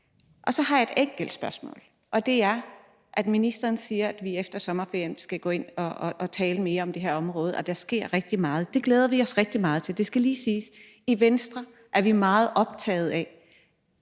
Så har jeg et enkelt spørgsmål. Ministeren siger, at vi efter sommerferien skal gå ind at tale mere om det her område, og at der sker rigtig meget. Det glæder vi os rigtig meget til. Det skal lige siges, at i Venstre er vi meget optagede af